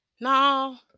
no